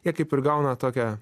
jie kaip ir gauna tokią